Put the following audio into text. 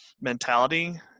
mentality